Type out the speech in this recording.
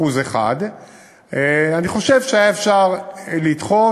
1% אני חושב שהיה אפשר לדחות.